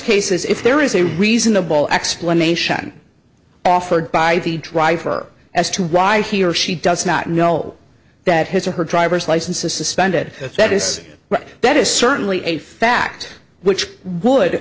cases if there is a reasonable explanation offered by the driver as to why he or she does not know that his or her driver's license is suspended that is that is certainly a fact which would